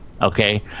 Okay